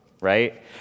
right